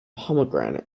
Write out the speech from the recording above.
pomegranate